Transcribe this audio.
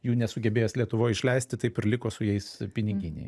jų nesugebėjęs lietuvoj išleisti taip ir liko su jais piniginėj